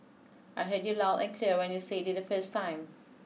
I heard you loud and clear when you said it the first time